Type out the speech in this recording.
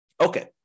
Okay